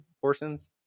portions